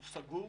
הוא סגור.